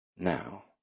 Now